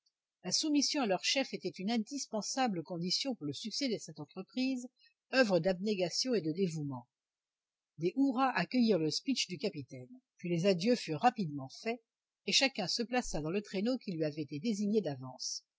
la soumission à leurs chefs était une indispensable condition pour le succès de cette entreprise oeuvre d'abnégation et de dévouement des hurrahs accueillirent le speech du capitaine puis les adieux furent rapidement faits et chacun se plaça dans le traîneau qui lui avait été désigné d'avance